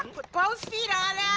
and put both feet on